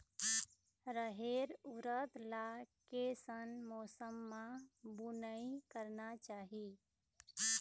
रहेर उरद ला कैसन मौसम मा बुनई करना चाही?